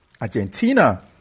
Argentina